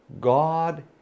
god